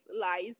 lies